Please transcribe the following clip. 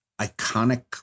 iconic